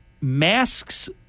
masks